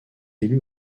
élus